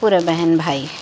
پورے بہن بھائی